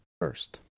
First